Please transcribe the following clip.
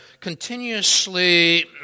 continuously